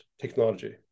technology